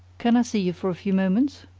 can i see you for a few moments?